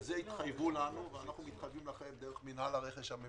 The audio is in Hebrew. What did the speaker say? על זה התחייבו לנו ואנחנו מתחייבים לכם דרך מינהל הרכש הממשלתי.